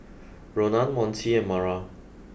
Ronan Monte and Mara